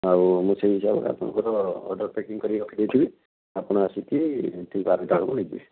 ଆଉ ମୁଁ ସେହି ହିସାବରେ ଆପଣଙ୍କର ଅର୍ଡ଼ର ପ୍ୟାକିଂ କରିକି ରଖିଦେଇଥିବି ଆପଣ ଆସିକି ଠିକ୍ ବାରଟା ବେଳକୁ ନେଇଯିବେ